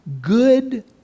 good